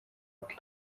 bwe